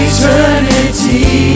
Eternity